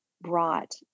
brought